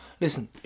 listen